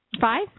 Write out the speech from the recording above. Five